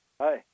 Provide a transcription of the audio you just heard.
Hi